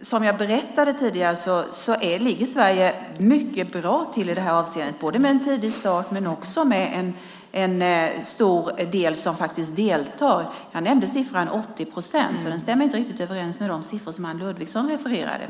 Som jag berättade tidigare ligger Sverige mycket bra till i det här avseendet, både med en tidig start och med en stor del som faktiskt deltar. Jag nämnde siffran 80 procent. Den stämmer inte riktigt överens med de siffror som Anne Ludvigsson refererade.